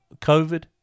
COVID